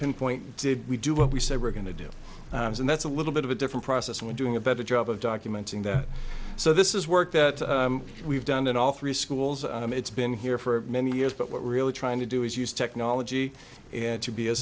pinpoint we do what we say we're going to do and that's a little bit of a different process we're doing a better job of documenting that so this is work that we've done in all three schools it's been here for many years but we're really trying to do is use technology to be a